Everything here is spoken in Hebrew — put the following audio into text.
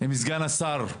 עם סגן השר,